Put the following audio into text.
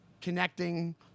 connecting